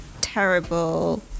terrible